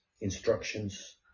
instructions